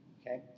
Okay